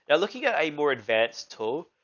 and looking at a more advanced tool,